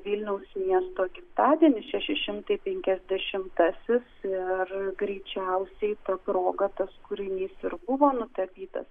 vilniaus miesto gimtadienis šeši šimtai penkiasdešimtasis ir greičiausiai ta proga tas kūrinys ir buvo nutapytas